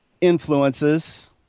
influences